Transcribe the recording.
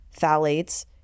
phthalates